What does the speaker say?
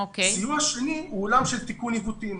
סיוע שני הוא עולם של תיקון עיוותים.